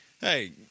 hey